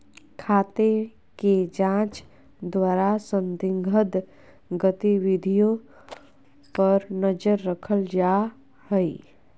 खाते के जांच द्वारा संदिग्ध गतिविधियों पर नजर रखल जा हइ